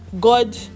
god